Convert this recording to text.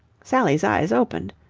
sally's eyes opened.